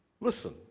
Listen